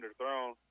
underthrown